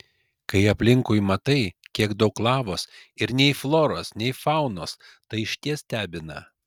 kai aplinkui matai kiek daug lavos ir nei floros nei faunos tai išties stebina